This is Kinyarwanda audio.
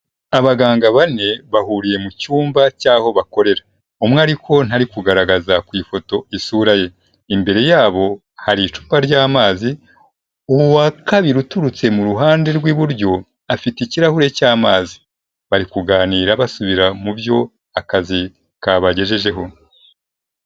Abaganga bane bahuriye mu cyumba cy'aho bakorera. Umwe ariko ntari kugaragaza ku ifoto isura ye. Imbere yabo hari icupa ry'amazi, uwa kabiri uturutse mu ruhande rw'iburyo, afite ikirahure cy'amazi. Bari kuganira basubira mu byo akazi kabagejejeho.